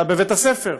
אלא בבית-הספר,